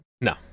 no